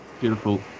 beautiful